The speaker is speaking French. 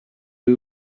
eux